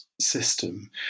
system